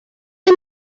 این